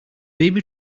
baby